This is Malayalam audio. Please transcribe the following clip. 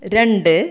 രണ്ട്